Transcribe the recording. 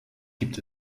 gibt